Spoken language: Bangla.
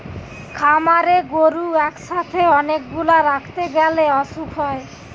খামারে গরু একসাথে অনেক গুলা রাখতে গ্যালে অসুখ হয়